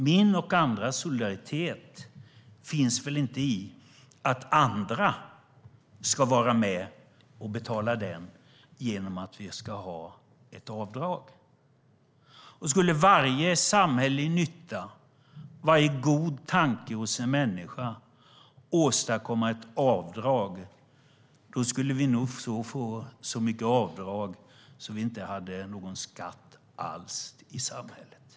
Min och andras solidaritet finns väl inte i att andra ska vara med och betala för den genom att vi ska få göra avdrag för den? Skulle varje samhällelig nytta och varje god tanke hos en människa leda till skatteavdrag skulle vi få så mycket avdrag att vi inte fick in någon skatt alls i samhället.